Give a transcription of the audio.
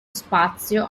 spazio